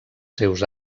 seus